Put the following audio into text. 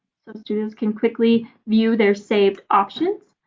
so students can quickly view their saved options.